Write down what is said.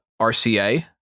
RCA